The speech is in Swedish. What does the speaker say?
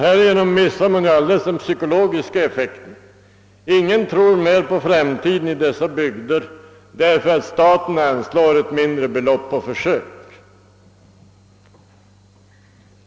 Härigenom missar man alldeles den psykologiska effekten; ingen tror mer på framtiden i dessa bygder därför att staten anslår ett mindre belopp på försök.